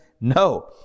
No